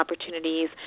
opportunities